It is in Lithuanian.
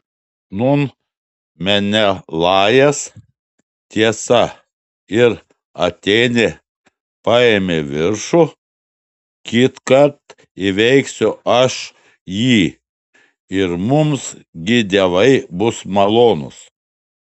nūn menelajas tiesa ir atėnė paėmė viršų kitkart įveiksiu aš jį ir mums gi dievai bus malonūs